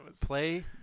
play